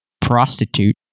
prostitute